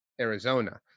Arizona